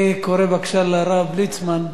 אני קורא לרב יעקב ליצמן.